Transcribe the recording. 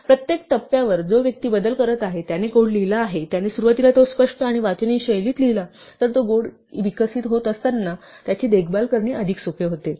म्हणून प्रत्येक टप्प्यावर जो व्यक्ती बदल करत आहे ज्याने कोड लिहिला आहे त्याने सुरुवातीला तो स्पष्ट आणि वाचनीय शैलीत लिहिला तर तो कोड विकसित होत असताना त्याची देखभाल करणे अधिक सोपे होते